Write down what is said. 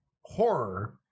horror